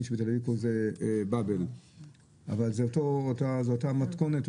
שבתל אביב זה באבל אבל זאת אותה מתכונת.